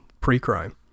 pre-crime